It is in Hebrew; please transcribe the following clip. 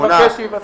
נבקש שיבטלו.